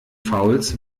fouls